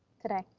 today.